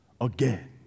again